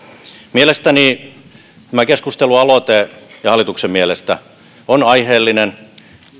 mielestäni tämä keskustelualoite ja hallituksen mielestä on aiheellinen